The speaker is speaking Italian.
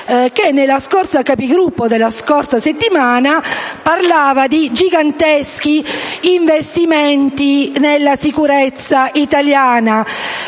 che, nella Conferenza dei Capigruppo della scorsa settimana, ha parlato di giganteschi investimenti nella sicurezza italiana.